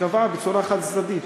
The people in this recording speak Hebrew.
קבעה בצורה חד-צדדית